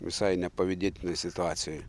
visai nepavydėtinoj situacijoj